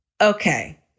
Okay